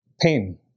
Pain